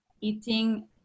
eating